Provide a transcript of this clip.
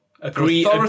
Agree